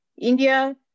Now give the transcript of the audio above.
India